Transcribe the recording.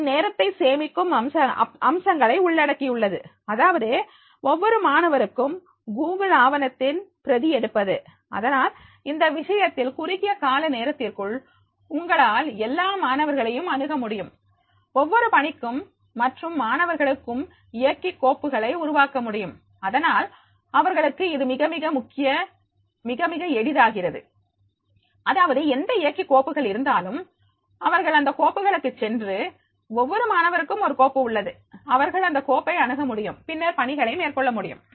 இது நேரத்தை சேமிக்கும் அம்சங்களை உள்ளடக்கியுள்ளது அதாவது ஒவ்வொரு மாணவருக்கும் கூகுள் ஆவணத்தின் பிரதி எடுப்பது அதனால் இந்த விஷயத்தில் குறுகிய கால நேரத்திற்குள் உங்களால் எல்லா மாணவர்களையும் அணுகமுடியும் ஒவ்வொரு பணிக்கும் மற்றும் மாணவர்களுக்கும் இயக்கி கோப்புகளை உருவாக்கமுடியும் அதனால் அவர்களுக்கு இது மிக மிக எளிதாகிறது அதாவது எந்த இயக்கி கோப்புகள் இருந்தாலும் அவர்கள் அந்த கோப்புகளுக்கு சென்று ஒவ்வொரு மாணவருக்கும் ஒரு கோப்பு உள்ளது அவர்கள் அந்த கோப்பை அணுக முடியும் பின்னர் பணிகளை மேற்கொள்ள முடியும்